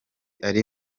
ari